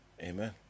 amen